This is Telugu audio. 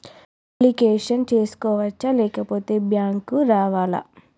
అప్లికేషన్ చేసుకోవచ్చా లేకపోతే బ్యాంకు రావాలా?